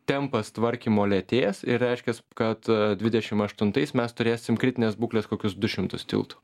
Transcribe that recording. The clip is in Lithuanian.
tempas tvarkymo lėtės ir reiškias kad dvidešim aštuntais mes turėsim kritinės būklės kokius du šimtus tiltų